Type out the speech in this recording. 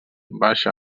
baixa